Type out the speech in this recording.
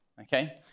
Okay